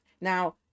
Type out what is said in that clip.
now